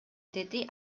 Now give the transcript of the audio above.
деди